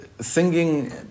singing